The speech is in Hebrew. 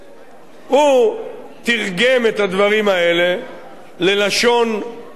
הוא תרגם את הדברים האלה ללשון אחרת,